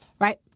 Right